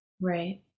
Right